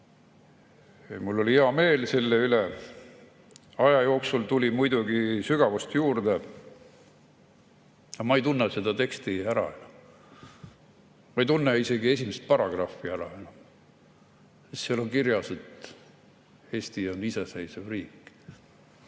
ja mul oli hea meel selle üle. Aja jooksul tuli sügavust muidugi juurde. Aga ma ei tunne seda teksti enam ära, ma ei tunne isegi esimest paragrahvi ära. Seal on kirjas, et Eesti on iseseisev riik.